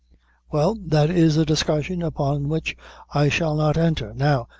well, that is a discussion upon which i shall not enter. now,